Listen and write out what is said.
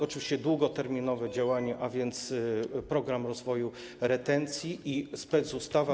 Oczywiście długoterminowe działania, a więc program rozwoju retencji i specustawa.